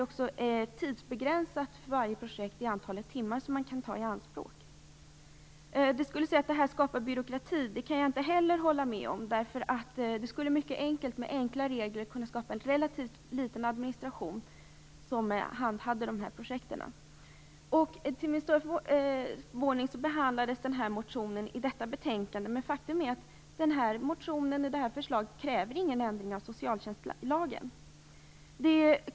Antalet timmar som varje projekt kan ta i anspråk skall också vara begränsat. Det skulle också kunna sägas att det här skapar byråkrati. Inte heller det kan jag hålla med om. Det skulle med enkla regler kunna skapas en relativt liten administration för handhavandet av de här projekten. Jag var mycket förvånad över att motionen behandlades i detta betänkande. Faktum är att det här förslaget inte kräver någon ändring av socialtjänstlagen.